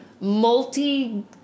multi-